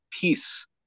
peace